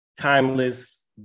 timeless